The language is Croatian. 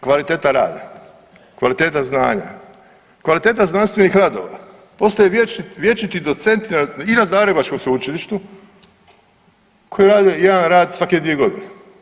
Kvaliteta rada, kvaliteta znanja, kvaliteta znanstvenih radova, postoje vječiti docenti i na zagrebačkom sveučilištu koje rade jedan rad svake dvije godine.